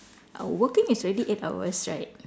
uh working is already eight hours right